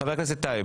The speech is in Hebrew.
טייב.